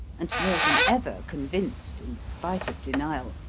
and more than ever convinced, in spite of denial,